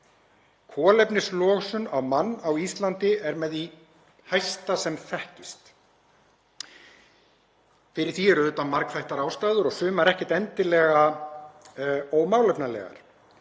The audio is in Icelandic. Kolefnislosun á mann á Íslandi er með því hæsta sem þekkist. Fyrir því eru auðvitað margþættar ástæður og sumar ekkert endilega ómálefnalegar.